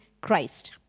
Christ